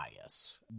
bias